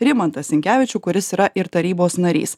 rimantą sinkevičių kuris yra ir tarybos narys